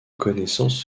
connaissances